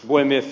puhemies